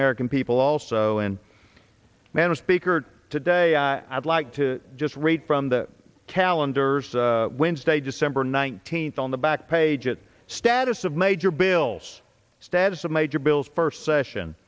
american people also and manner speaker today i'd like to just read from the calendars wins day december nineteenth on the back page it status of major bills status of major bills first session